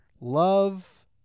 Love